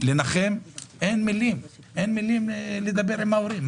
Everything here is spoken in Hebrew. לנחם ואין מילים לדבר עם ההורים.